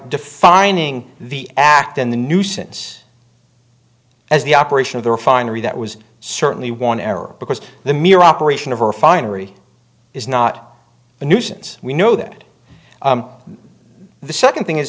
defining the act in the nuisance as the operation of the refinery that was certainly one error because the mere operation of a refinery is not a nuisance we know that the second thing is